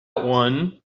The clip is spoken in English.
one